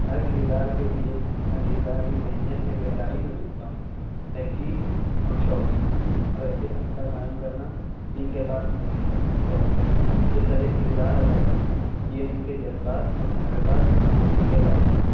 ہر کردار کے لئے میں کردار کی ذہنیت میں گہرائی میں ڈوبتا ہوں تحقیق اور شوق اور ایسے رابطہ قائم کرنا ان کے آپسی بات ہیں یہ سب ایک کردار ادا کرتے ہیں یہ ان کے جذبات اور محرکات کو سمجھنے کے بارے میں ہے